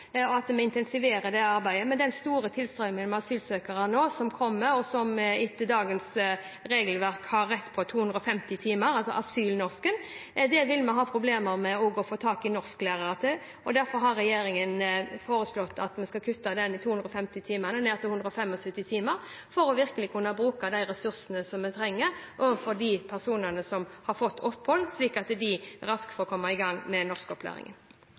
og vi intensiverer det arbeidet. Med den store tilstrømningen av asylsøkere som nå kommer, og som etter dagens regelverk har rett på 250 timer, altså asylnorsken, vil vi ha problemer med å få tak i norsklærere, og derfor har regjeringen foreslått å kutte de 250 timene ned til 175 timer, for virkelig å kunne bruke de ressursene som vi trenger overfor de personene som har fått opphold, slik at de raskt kan komme i gang med norskopplæringen.